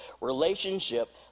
relationship